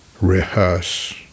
rehearse